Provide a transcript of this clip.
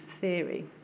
theory